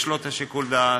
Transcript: יש לו שיקול דעת.